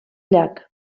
llac